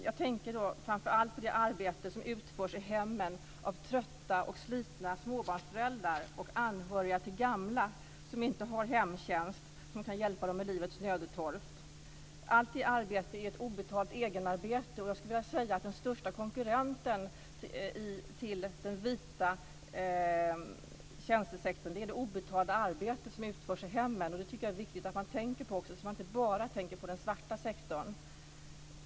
Jag tänker framför allt på det arbete som utförs i hemmen av trötta och slitna småbarnsföräldrar och anhöriga till gamla som inte har hemtjänst som kan hjälpa dem med livets nödtorft. Det är ett obetalt egenarbete. Jag skulle vilja säga att den största konkurrenten till den vita tjänstesektorn är det obetalda arbete som utförs i hemmen. Det tycker jag är viktigt att man tänker på så att man inte bara tänker på den svarta sektorn.